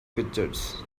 pictures